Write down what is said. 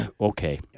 Okay